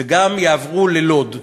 וגם יעברו ללוד.